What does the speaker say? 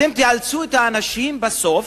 אתם תאלצו את האנשים בסוף,